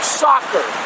soccer